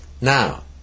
Now